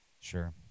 Sure